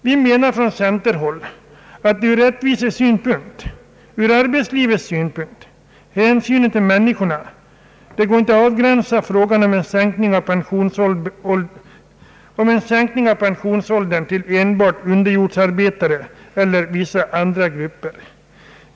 Vi menar på centerhåll att det ur rättvisesynpunkt, ur arbetslivets synpunkt och med hänsyn till människorna inte går att avgränsa frågan om sänkning av pensionsåldern till enbart underjordsarbetare eller vissa andra grupper.